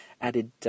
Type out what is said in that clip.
added